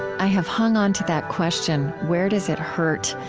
i have hung on to that question where does it hurt?